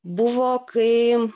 buvo kai